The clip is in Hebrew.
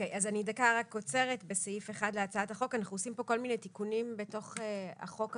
בסעיף 1 להצעת החוק אנחנו עושים כל מיני תיקונים בתוך החוק הקיים,